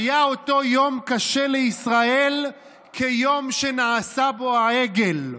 "היה אותו יום קשה לישראל כיום שנעשה בו העגל"